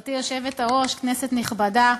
גברתי היושבת-ראש, כנסת נכבדה,